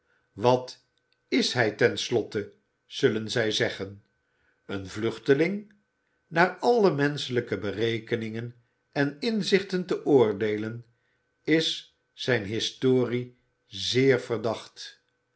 wat is hij ten slotte zullen zij zeggen een vluchteling naar alle menschelijke berekeningen en inzichten te oordeeien is zijne historie zeer verdacht